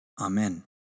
Amen